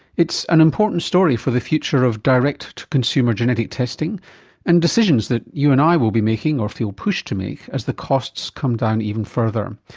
it's an important story for the future of direct-to-consumer genetic testing and decisions that you and i will be making or feel pushed to make as the costs come down even further.